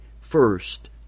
first